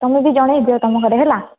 ତୁମେ ବି ଜଣାଇଦିଅ ତୁମ ଘରେ ହେଲା